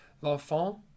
L'enfant